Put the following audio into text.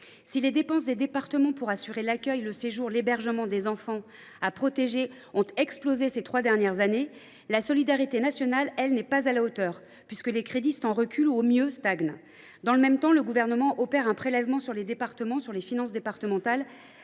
Si les dépenses des départements pour assurer l’accueil, le séjour et l’hébergement des enfants à protéger ont explosé ces trois dernières années, la solidarité nationale, elle, n’est pas à la hauteur, puisque les crédits sont en recul et, au mieux, stagnent. Dans le même temps, le Gouvernement opère un prélèvement sur les finances départementales,